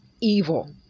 evil